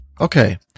Okay